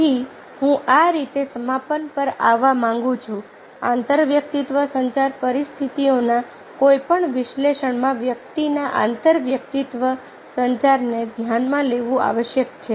તેથી હું આ રીતે સમાપન પર આવવા માંગુ છું આંતરવ્યક્તિત્વ સંચાર પરિસ્થિતિઓના કોઈપણ વિશ્લેષણમાં વ્યક્તિના આંતરવ્યક્તિત્વ સંચારને ધ્યાનમાં લેવું આવશ્યક છે